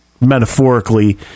metaphorically